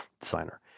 designer